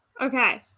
Okay